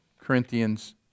Corinthians